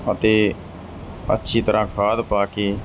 ਅਤੇ ਅੱਛੀ ਤਰ੍ਹਾਂ ਖਾਦ ਪਾ ਕੇ